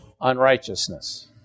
unrighteousness